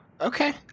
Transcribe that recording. Okay